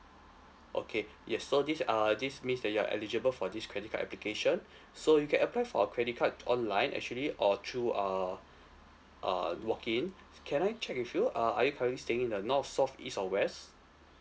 okay yes so these are this means that you are eligible for this credit card application so you can apply for a credit card online actually or through err uh walk-in can I check with you uh are you currently staying in the north south east or west